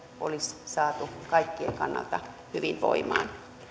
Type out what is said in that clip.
olisi saatu kaikkien kannalta hyvin voimaan